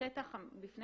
הרצית בפני